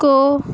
کو